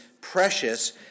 precious